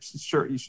sure